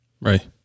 Right